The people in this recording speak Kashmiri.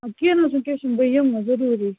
کیٚنٛہہ نہَ حظ چھُنہٕ کیٚنٛہہ چھُنہٕ بہٕ یِمہٕ ضروٗری